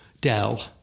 Dell